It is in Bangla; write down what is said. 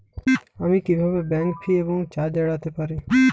আমি কিভাবে ব্যাঙ্ক ফি এবং চার্জ এড়াতে পারি?